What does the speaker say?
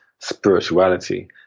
Spirituality